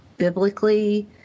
biblically